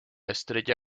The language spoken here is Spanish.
estrella